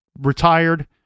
retired